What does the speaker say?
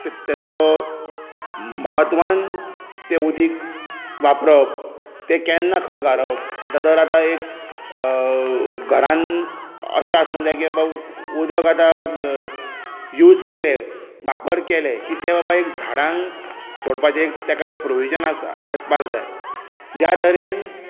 ताजो म्हत्वांत तें उदीक वापरप तें केन्ना खंय घालप आतां दर आतां एक घरांत अशें आसूंक जाय की आबा उदक आतां यूज केलें वापर केलें की तें बाबा एक झाडांक सोडपाचें एक ताका एक प्रोविजन आस आसपाक जाय ज्या तरेन